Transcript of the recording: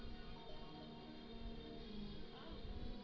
दूध क खपत भारत में सभकरा से जादा होला